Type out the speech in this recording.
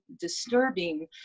disturbing